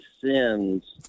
sins